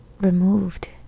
removed